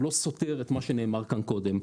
הוא לא סותר את מה שנאמר כאן קודם.